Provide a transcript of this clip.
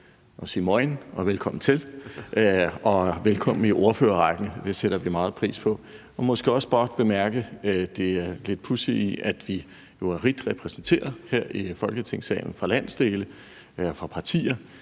at sige mojn og velkommen til, og velkommen i ordførerrækken – det sætter vi meget pris på – og måske også blot bemærke det lidt pudsige i, at vi jo er rigt repræsenteret her i Folketingssalen fra landsdele og fra partier,